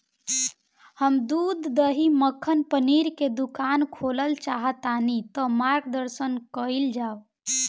हम दूध दही मक्खन पनीर के दुकान खोलल चाहतानी ता मार्गदर्शन कइल जाव?